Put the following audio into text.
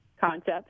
concept